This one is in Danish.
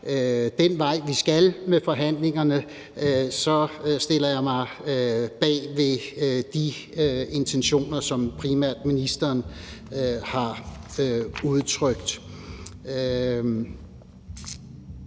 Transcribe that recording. den vej, vi skal med forhandlingerne, så stiller jeg mig bag de intentioner, som primært ministeren har udtrykt.